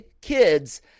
kids